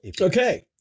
Okay